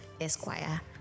Esquire